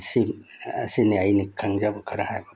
ꯑꯁꯤ ꯑꯁꯤꯅꯦ ꯑꯩꯅ ꯈꯪꯖꯕ ꯈꯔ ꯍꯥꯏꯕ